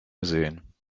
gesehen